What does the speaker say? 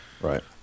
Right